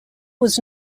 was